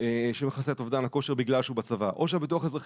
שמכסה את אובדן הכושר בגלל שהוא בצבא או שהביטוח האזרחי